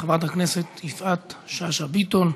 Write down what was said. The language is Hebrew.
חברת הכנסת יפעת שאשא ביטון.